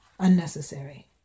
unnecessary